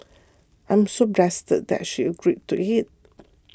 I'm so blessed that she agreed to it